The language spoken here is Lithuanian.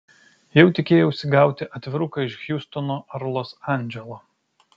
jau tikėjausi gauti atviruką iš hjustono ar los andželo